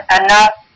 enough